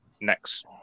next